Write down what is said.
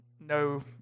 No